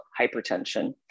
hypertension